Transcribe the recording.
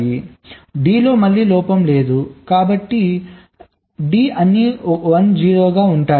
d లో మళ్ళీ లోపం లేదు కాబట్టి d అన్నీ 1 0 గా ఉంటాయి